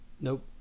Nope